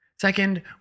Second